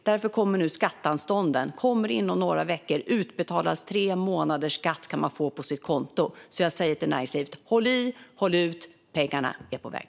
Därför kommer nu skatteanstånden inom några veckor. Tre månaders skatt kan man få in på sitt konto. Jag säger till näringslivet: Håll i och håll ut! Pengarna är på väg.